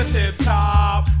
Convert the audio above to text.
tip-top